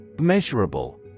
Measurable